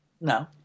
No